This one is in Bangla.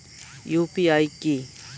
ইউ.পি.আই কি?